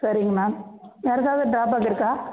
சரிங்க மேம் வேறு எதாவது ட்ராபிக் இருக்கா